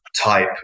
type